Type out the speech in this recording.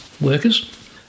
workers